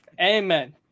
Amen